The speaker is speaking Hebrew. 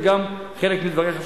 וגם חלק מדבריך שלך.